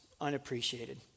unappreciated